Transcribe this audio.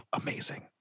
amazing